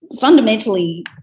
fundamentally